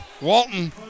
Walton